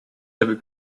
heavy